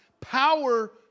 power